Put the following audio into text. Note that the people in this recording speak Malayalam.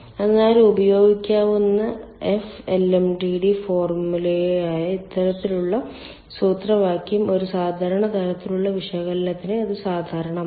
അതിനാൽ ഉപയോഗിക്കാവുന്ന F LMTD ഫോർമുലയായ ഇത്തരത്തിലുള്ള സൂത്രവാക്യം ഒരു സാധാരണ തരത്തിലുള്ള വിശകലനത്തിന് ഇത് സാധാരണമാണ്